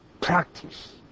practice